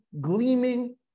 gleaming